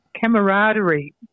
camaraderie